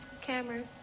Cameron